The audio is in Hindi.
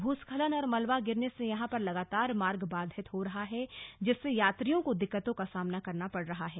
भूस्खलन और मलबा गिरने से यहां पर लगातार मार्ग बाधित हो रहा है जिससे यात्रियों को दिक्कतों का सामना करना पड़ रहा है